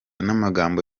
namagambo